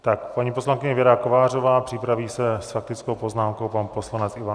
Tak paní poslankyně Věra Kovářová, připraví se s faktickou poznámkou pan poslanec Ivan Adamec.